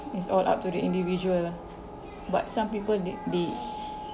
it's all up to the individual lah but some people they they